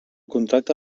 contracte